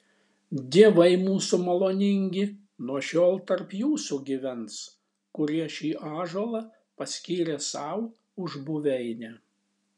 dievai mūsų maloningi nuo šiol tarp jūsų gyvens kurie šį ąžuolą paskyrė sau už buveinę